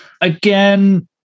Again